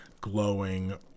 glowing